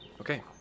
Okay